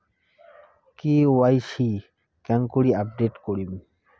KYC কেঙ্গকরি update করিম?